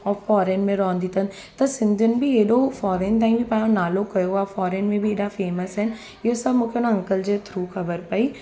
ऐं फॉरेन में रहंदी अथनि त सिंधियुनि बि हेॾो फॉरेन ताईं बि पंहिंजो नालो कयो आहे फॉरेन में बि हेॾा फेमस आहिनि इहो सभु मूंखे उन अंकल जे थ्रू ख़बरु पई